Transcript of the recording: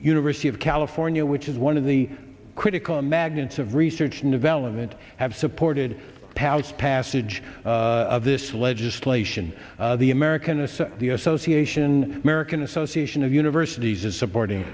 university of california which is one of the critical magnets of research and development have supported pouched passage of this legislation the american a so the association american association of universities is supporti